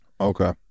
Okay